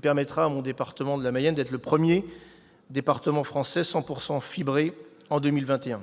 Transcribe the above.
permettra à mon département de la Mayenne d'être le premier 100 % fibré en 2021.